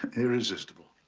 irresistible.